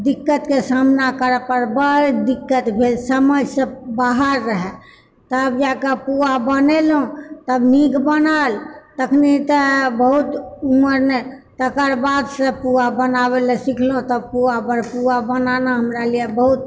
दिक्कतके सामना करए पड़ए बड़ दिक्कत भेल समझसँ बाहर रहए तब जाकऽ पुआ बनेलहुँ तब नीक बनल तखनि तऽ बहुत उमर नहि तकर बादसँ पुआ बनाबए लए सिखलहुँ तब पुआ बड़ पुआ बनाना हमरा लिए बहुत